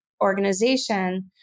organization